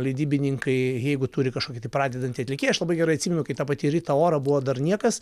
leidybininkai jeigu turi kažkokį tai pradedantį atlikėją aš labai gerai atsimenu kai ta pati rita ora buvo dar niekas